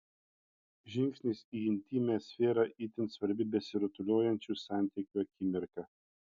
žingsnis į intymią sferą itin svarbi besirutuliojančių santykių akimirka